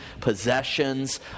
possessions